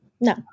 No